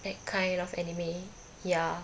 that kind of anime ya